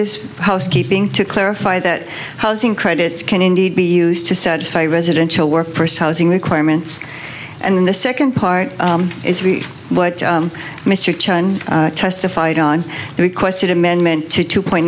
is housekeeping to clarify that housing credits can indeed be used to satisfy residential work first housing requirements and then the second part is what mr chen testified on the requested amendment to two point